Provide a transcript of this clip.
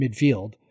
midfield